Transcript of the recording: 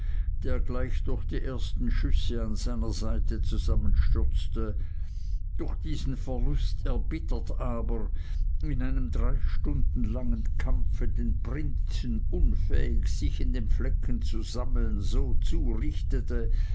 der gleich durch die ersten schüsse an seiner seite zusammenstürzte durch diesen verlast erbittert aber in einem drei stunden langen kampfe den prinzen unfähig sich in dem flecken zu sammeln so zurichtete